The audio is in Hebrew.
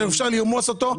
שאפשר לרמוס אותו.